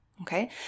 Okay